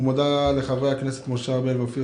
הוועדה מודה לחבר הכנסת משה ארבל ואופיר